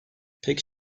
pek